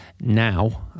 now